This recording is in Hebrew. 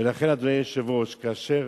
לכן, אדוני היושב-ראש, כאשר